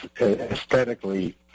aesthetically